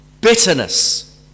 bitterness